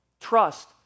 Trust